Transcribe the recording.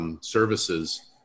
services